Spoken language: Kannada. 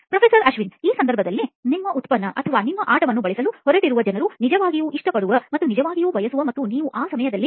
ಪ್ರೊಫೆಸರ್ ಅಶ್ವಿನ್ಈ ಸಂದರ್ಭದಲ್ಲಿ ನಿಮ್ಮ ಉತ್ಪನ್ನ ಅಥವಾ ನಿಮ್ಮ ಆಟವನ್ನು ಬಳಸಲು ಹೊರಟಿರುವ ಜನರು ನಿಜವಾಗಿಯೂ ಇಷ್ಟಪಡುವ ಮತ್ತು ನಿಜವಾಗಿಯೂ ಬಯಸುವ ಮತ್ತು ನೀವು ಆ ಸಮಯದಲ್ಲಿ ನೀವು ಇದನ್ನು ಕೆಲವು ಬಾರಿ ನೋಡುತ್ತೀರಿ